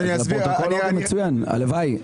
מצוין, הלוואי.